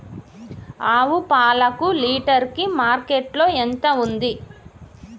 ఆవు పాలకు లీటర్ కి మార్కెట్ లో ఎంత ఉంది?